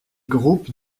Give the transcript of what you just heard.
groupes